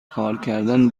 کارکردن